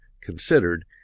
considered